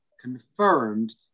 confirmed